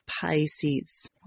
Pisces